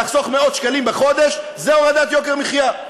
לחסוך מאות שקלים בחודש זה הורדת יוקר מחיה.